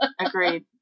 Agreed